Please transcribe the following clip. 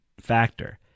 factor